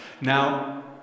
Now